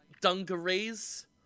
dungarees